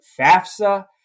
FAFSA